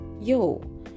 yo